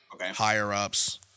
higher-ups